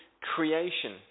creation